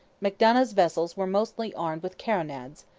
macdonough's vessels were mostly armed with carronades,